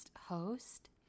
host